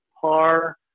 par